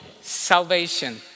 salvation